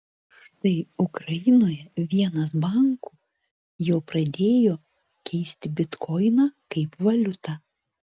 štai ukrainoje vienas bankų jau pradėjo keisti bitkoiną kaip valiutą